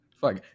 Fuck